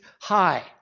high